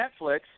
Netflix